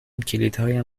کلیدهایم